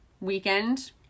weekend